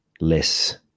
less